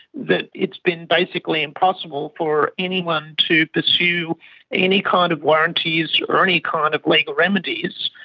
that it's been basically impossible for anyone to pursue any kind of warranties or any kind of legal remedies.